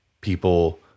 people